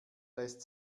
lässt